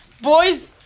Boys